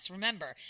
Remember